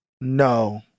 No